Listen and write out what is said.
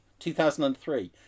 2003